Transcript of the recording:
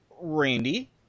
Randy